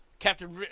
Captain